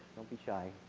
be shy.